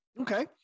Okay